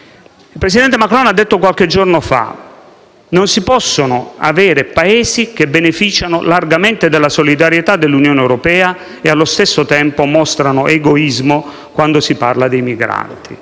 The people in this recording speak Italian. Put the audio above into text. del presidente Macron, il quale ha detto, qualche giorno fa, che non si possono avere Paesi che beneficiano largamente della solidarietà dell'Unione europea e allo stesso tempo mostrano egoismo quando si parla dei migranti.